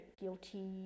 guilty